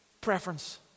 preference